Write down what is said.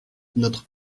notre